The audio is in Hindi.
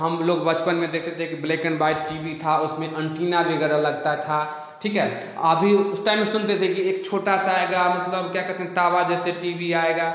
हम लोग बचपन में देखते थे कि black and white TV था उसमें अंटीना वगैरह लगता था ठीक है अभी उस टाइम सुनते थे कि एक छोटा सा आएगा मतलब क्या कहेते हैं तावा जैसे टी टी आएगा